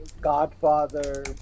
godfather